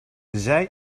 zij